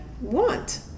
want